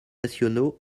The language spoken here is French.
nationaux